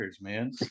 man